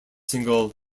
single